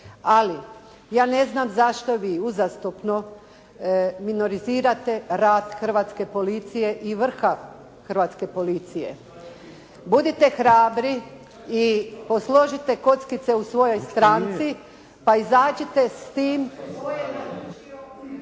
ali ja neznam zašto vi uzastopno minorizirate rad hrvatske policije i vrha hrvatske policije. Budite hrabri i posložite kockice u svojoj stranci pa izađite s tim